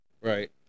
Right